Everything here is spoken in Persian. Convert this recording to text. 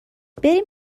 بریم